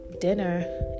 dinner